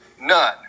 none